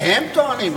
הם טוענים.